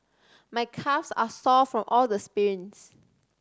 my calves are sore from all the sprints